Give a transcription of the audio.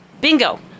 Bingo